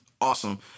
awesome